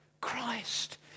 Christ